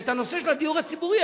ואת הנושא של הדיור הציבורי,